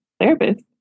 therapist